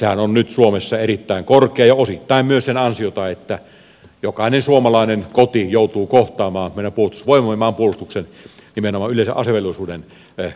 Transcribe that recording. sehän on nyt suomessa erittäin korkea ja osittain myös sen ansiota että jokainen suomalainen koti joutuu kohtaamaan meidän puolustusvoimamme maanpuolustuksen nimenomaan yleisen asevelvollisuuden kautta